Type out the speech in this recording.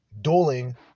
dueling